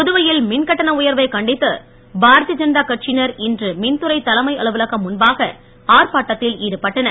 புதுவையில் மின் கட்டண உயர்வைக் கண்டித்து பாரதிய ஜனதா கட்சியினர் இன்று மின்துறை தலைமை அலுவலகம் முன்பாக ஆர்ப்பாட்டத்தில் ஈடுபட்டனர்